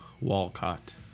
Walcott